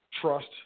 trust